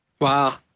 Wow